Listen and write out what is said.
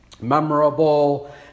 memorable